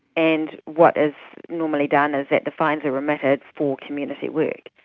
and what is normally done is that the fines are remitted for community work.